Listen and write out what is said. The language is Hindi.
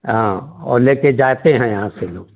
हाँ और लेके जाते है यहाँ से लोग